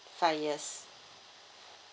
five years